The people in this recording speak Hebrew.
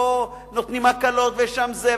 פה נותנים הקלות ושם זה,